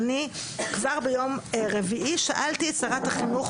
שאני כבר ביום רביעי שאלתי את שרת החינוך